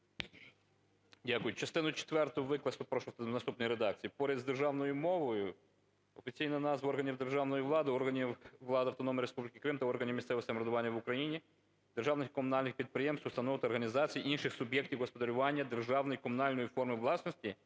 Дякую. Частину четверту викласти прошу у наступній редакції: "Поряд з державною мовою офіційні назви органів державної влади, органів влади Автономної Республіки Крим та органів місцевого самоврядування в Україні, державних і комунальних підприємств, установ та організацій, інших суб'єктів господарювання державної і комунальної форм власності